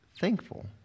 thankful